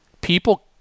People